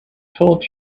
told